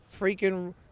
freaking